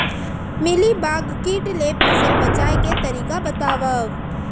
Mealybug किट ले फसल बचाए के तरीका बतावव?